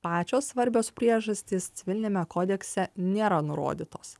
pačios svarbios priežastys civiliniame kodekse nėra nurodytos